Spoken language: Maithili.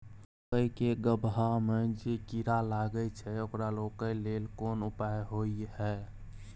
मकई के गबहा में जे कीरा लागय छै ओकरा रोके लेल कोन उपाय होय है?